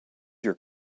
your